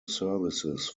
services